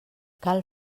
cal